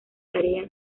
tarea